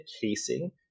casing